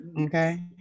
okay